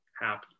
happy